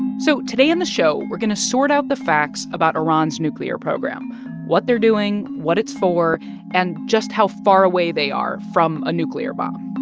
so today on the show, we're going to sort out the facts about iran's nuclear program what they're doing, what it's for and just how far away they are from a nuclear bomb